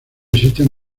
existen